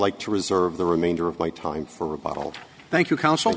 like to reserve the remainder of my time for rebuttal thank you counsel